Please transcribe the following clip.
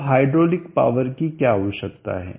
अब hydraulic power की क्या आवश्यकता है